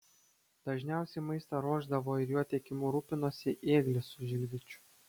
dažniausiai maistą ruošdavo ir jo tiekimu rūpinosi ėglis su žilvičiu